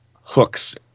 hooks